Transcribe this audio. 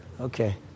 Okay